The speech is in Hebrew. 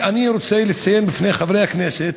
אני רוצה לציין בפני חברי הכנסת